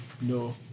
no